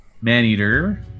Maneater